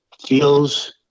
feels